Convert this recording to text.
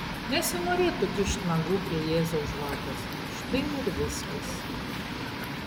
nesinorėtų kišt nagų prie jėzaus žvakės štai ir viskas